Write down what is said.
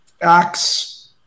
Acts